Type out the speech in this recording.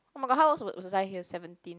oh-my-god how old was was was I here seventeen